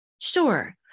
Sure